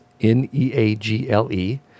N-E-A-G-L-E